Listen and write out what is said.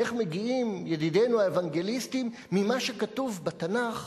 איך מגיעים ידידינו האוונגליסטים ממה שכתוב בתנ"ך